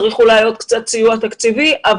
אולי צריך עוד קצת סיוע תקציבי אבל